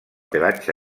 pelatge